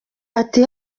ati